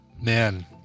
man